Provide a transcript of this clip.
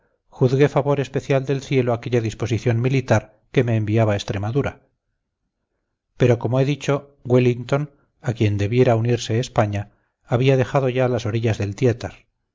juzgué favor especial del cielo aquella disposición militar que me enviaba a extremadura pero como he dicho wellington a quien debiera unirse españa había dejado ya las orillas del